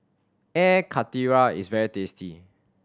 Air Karthira is very tasty